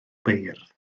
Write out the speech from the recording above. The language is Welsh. beirdd